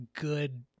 good